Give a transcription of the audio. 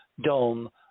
dome